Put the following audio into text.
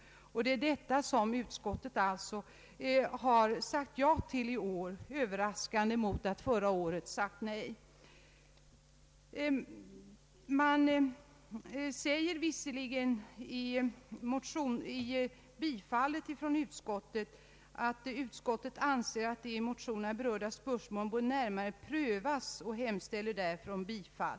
Det är detta som utskottet i år har sagt ja till, vilket är överraskande mot bakgrunden av att man förra året sade nej. Utskottet säger visserligen att man anser att de i motionerna berörda spörsmålen bör närmare prövas och hemställer därför om bifall.